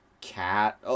cat